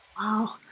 Wow